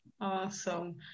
Awesome